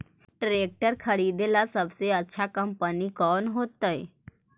Tractor खरीदेला सबसे अच्छा कंपनी कौन होतई?